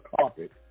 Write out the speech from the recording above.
carpet